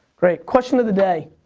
great, question of the day.